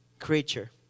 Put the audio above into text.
Creature